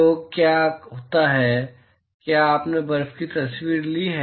तो क्या होता है क्या आपने बर्फ की तस्वीरें ली हैं